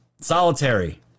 Solitary